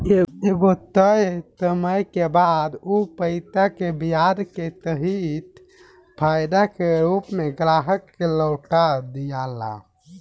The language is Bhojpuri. एगो तय समय के बाद उ पईसा के ब्याज के सहित फायदा के रूप में ग्राहक के लौटा दियाला